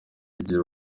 igihe